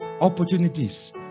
opportunities